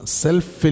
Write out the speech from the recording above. self